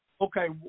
Okay